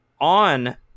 on